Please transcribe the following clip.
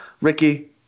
Ricky